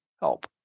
help